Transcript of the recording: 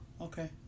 okay